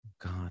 God